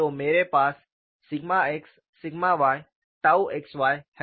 तो मेरे पास sigma x sigma y tau xy है